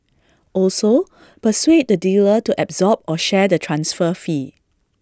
also persuade the dealer to absorb or share the transfer fee